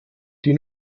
die